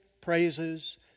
praises